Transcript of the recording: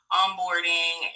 onboarding